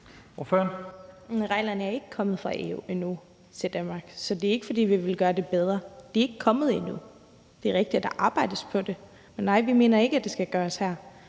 Reglerne er ikke kommet fra EU til Danmark endnu, så det er ikke, fordi vi vil gøre det bedre. De er ikke kommet endnu. Det er rigtigt, at der arbejdes på det, men nej, vi mener ikke, at det skal gøres her.